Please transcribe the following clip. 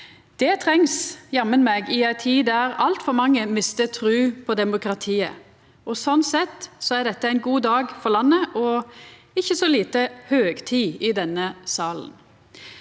Det trengst jammen meg i ei tid der altfor mange mistar trua på demokratiet. Slik sett er dette ein god dag for landet og ikkje så lite høgtid i denne salen.